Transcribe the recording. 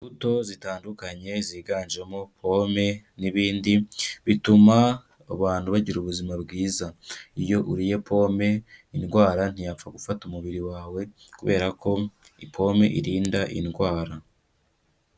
Imbuto zitandukanye ziganjemo pome n'ibindi, bituma abantu bagira ubuzima bwiza. Iyo uriye pome indwara ntiyapfa gufata umubiri wawe, kubera ko pome irinda indwara.